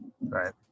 Right